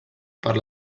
per